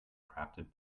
crafted